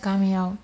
गामियाव